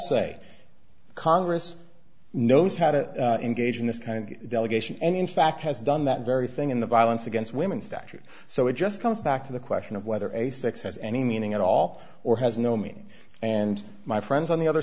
say congress knows how to engage in this kind of delegation and in fact has done that very thing in the violence against women statute so it just comes back to the question of whether a six has any meaning at all or has no me and my friends on the other